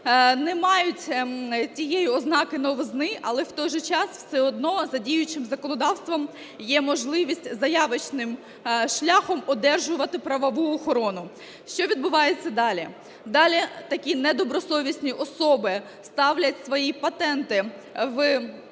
не мають тієї ознаки новизни, але в той же час все одно за діючим законодавством є можливість заявочним шляхом одержувати правову охорону. Що відбувається далі? Далі такі недобросовісні особи ставлять свої патенти в